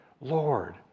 Lord